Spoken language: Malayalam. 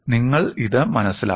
നിങ്ങൾ ഇത് മനസ്സിലാക്കണം